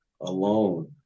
alone